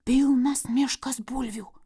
pilnas miškas bulvių